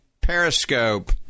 Periscope